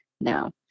now